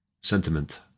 sentiment